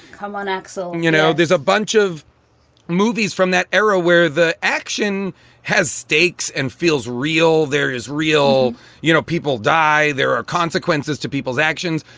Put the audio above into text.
come on, axl. and you know, there's a bunch of movies from that era where the action has stakes and feels real. there is real you know, people die. there are consequences to people's actions.